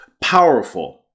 powerful